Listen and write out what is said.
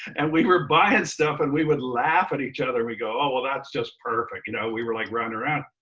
and we were buying stuff and we would laugh at each other. we'd go, oh, well, that's just perfect. you know we were like running around,